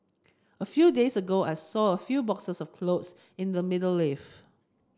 a few days ago I saw a few boxes of clothe in the middle lift